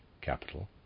capital